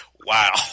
wow